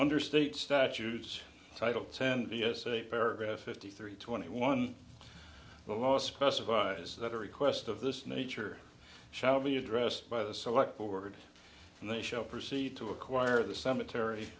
under state statutes title ten b s a paragraph fifty three twenty one the law specifies that a request of this nature shall be addressed by the select board and they shall proceed to acquire the cemetery